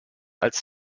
als